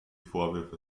vorwürfe